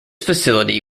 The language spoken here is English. facility